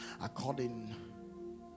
According